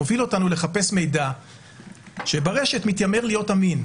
מוביל אותנו לחפש מידע שברשת מתיימר להיות אמין.